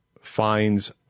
finds